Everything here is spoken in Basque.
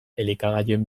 elikagaien